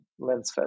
Lensfest